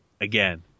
again